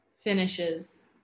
finishes